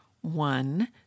one